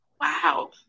wow